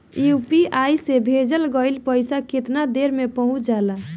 UPI से भेजल गईल पईसा कितना देर में पहुंच जाला?